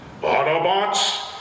Autobots